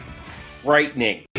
frightening